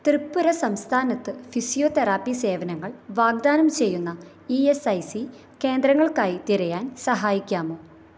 ത്രിപുര സംസ്ഥാനത്ത് ഫിസിയോതെറാപ്പി സേവനങ്ങൾ വാഗ്ദാനം ചെയ്യുന്ന ഇ എസ് ഐ സി കേന്ദ്രങ്ങൾക്കായി തിരയാൻ സഹായിക്കാമോ